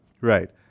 Right